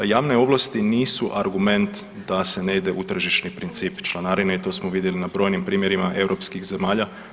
Javne ovlasti nisu argument da se ne ide u tržišni princip članarine i to smo vidjeli na brojnim primjerima europskih zemalja.